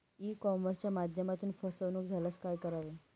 E कॉमर्सच्या माध्यमातून फसवणूक झाल्यास काय करावे?